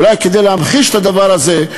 אולי כדי להמחיש את הדבר הזה,